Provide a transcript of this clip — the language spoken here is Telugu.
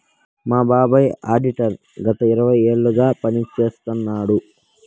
మా బాబాయ్ ఆడిటర్ గత ఇరవై ఏళ్లుగా పని చేస్తున్నాడు